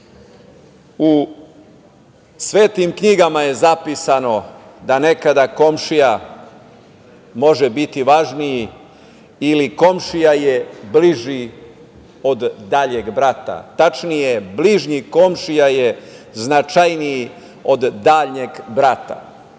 svetim knjigama je zapisano da nekada komšija može biti važniji ili komšija je bliži od daljeg brata. Tačnije, bližnji komšija je značajniji od daljnjeg brata.